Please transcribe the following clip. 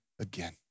again